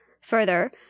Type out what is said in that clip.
Further